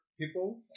people